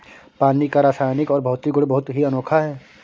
पानी का रासायनिक और भौतिक गुण बहुत ही अनोखा है